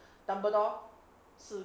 dumbledore 是